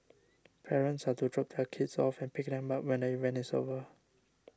parents are to drop their kids off and pick them up when the event is over